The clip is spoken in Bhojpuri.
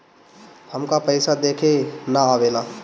हमका पइसा देखे ना आवेला?